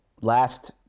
last